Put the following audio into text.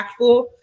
impactful